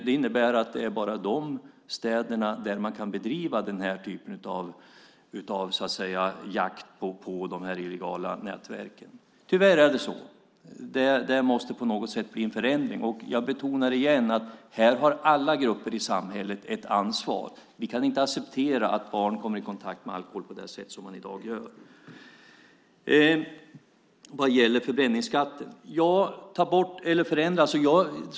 Det innebär att det tyvärr bara är i dessa städer man kan bedriva den här typen av jakt på illegala nätverk. Det måste bli något slags förändring, och jag betonar återigen att alla grupper i samhället har ett ansvar för detta. Vi kan inte acceptera att barn kommer i kontakt med alkohol på det sätt de i dag gör. Ska förbränningsskatten tas bort eller förändras?